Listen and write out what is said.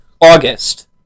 August